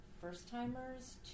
first-timers